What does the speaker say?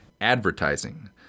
advertising